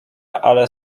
ale